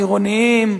העירוניים,